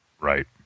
Right